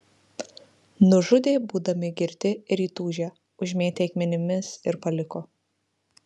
nužudė būdami girti ir įtūžę užmėtė akmenimis ir paliko